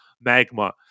Magma